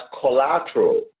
collateral